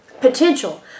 potential